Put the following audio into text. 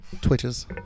twitches